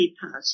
party